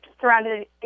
surrounded